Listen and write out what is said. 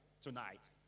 tonight